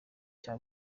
cya